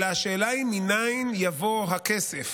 אלא השאלה היא מנין יבוא הכסף,